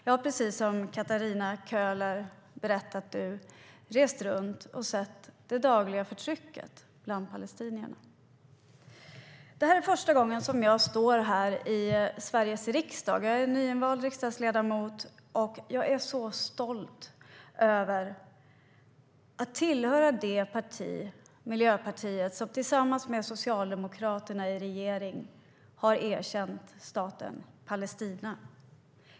Jag har, precis som Katarina Köhler berättade att hon gjort, rest runt och sett det dagliga förtrycket bland palestinierna. Det är första gången jag står här i Sveriges riksdag. Jag är nyinvald riksdagsledamot, och jag är stolt över att tillhöra det parti - Miljöpartiet - som tillsammans med Socialdemokraterna i regeringen har erkänt staten Palestina.